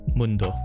mundo